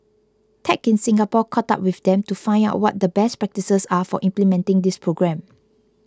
tech in Singapore caught up with them to find out what the best practices are for implementing this program